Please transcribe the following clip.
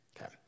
Okay